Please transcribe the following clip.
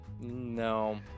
No